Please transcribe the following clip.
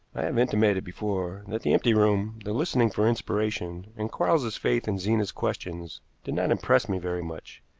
i have intimated before that the empty room, the listening for inspiration, and quarles's faith in zena's questions did not impress me very much.